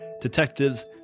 detectives